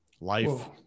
life